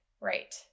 Right